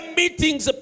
meetings